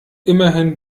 immerhin